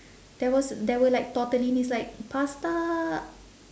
there was there were like tortellinis like pasta